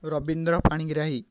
Rabindra Panigrahi